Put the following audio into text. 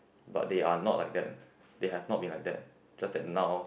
but they are not like that they have not be like that just that now